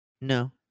No